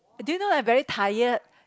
do you know that I'm very tired